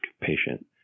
patient